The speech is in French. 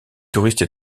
touristes